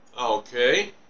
Okay